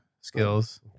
skills